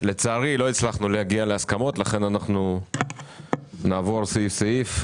לצערי לא הצלחנו להגיע להסכמות ולכן נעבור סעיף-סעיף.